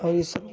और इस